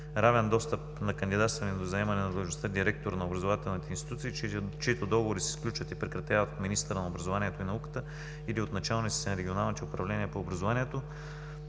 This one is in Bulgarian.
равен достъп на кандидатстване за заемане на длъжността „директор“ на образователните институции, чиито договори се сключват и прекратяват от министъра на образованието и науката или от началниците на управления по образованието,